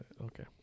Okay